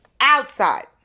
Outside